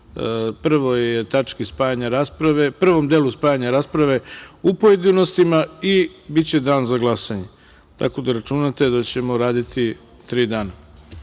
ćemo imati raspravu o prvom delu spajanja rasprave u pojedinostima i biće dan za glasanje. Tako da računate da ćemo raditi tri